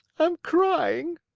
i'm crying,